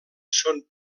són